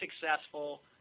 successful